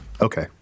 Okay